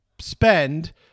spend